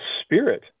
spirit